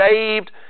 saved